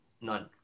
None